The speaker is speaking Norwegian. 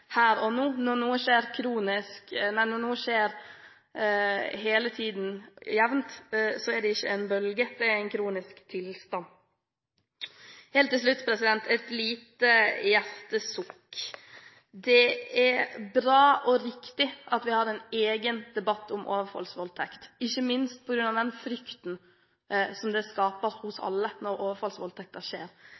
her og nå. Når noe skjer jevnt hele tiden, er det ikke en bølge, men en kronisk tilstand. Helt til slutt et lite hjertesukk: Det er bra og riktig at vi har en egen debatt om overfallsvoldtekt, ikke minst på grunn av den frykten det skaper hos alle, når overfallsvoldtekter skjer.